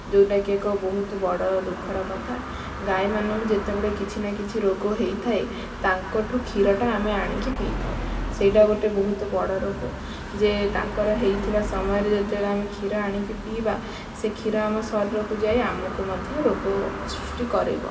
ଯୋଉଟାକି ଏକ ବହୁତ ବଡ଼ ଦୁଃଖର କଥା ଗାଈମାନଙ୍କୁ ଯେତେବେଳେ କିଛି ନ କିଛି ରୋଗ ହେଇଥାଏ ତାଙ୍କ ଠୁ କ୍ଷୀରଟା ଆମେ ଆଣିକି ପିଇଥାଉ ସେଇଟା ଗୋଟେ ବହୁତ ବଡ଼ ରୋଗ ଯେ ତାଙ୍କର ହେଇଥିବା ସମୟରେ ଯେତେବେଳେ ଆମେ କ୍ଷୀର ଆଣିକି ପିଇବା ସେ କ୍ଷୀର ଆମ ଶରୀରକୁ ଯାଇ ଆମକୁ ମଧ୍ୟ ରୋଗ ସୃଷ୍ଟି କରାଇବ